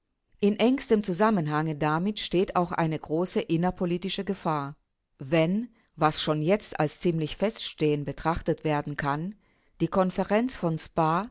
in engstem zusammenhange damit steht auch eine große innerpolitische gefahr wenn was schon jetzt als ziemlich feststehend betrachtet werden kann die konferenz von spaa